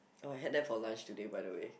oh I had that for lunch today by the way